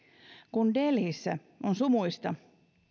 kun delhissä on sumuista